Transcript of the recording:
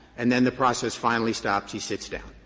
and then the process finally stops, he sits down.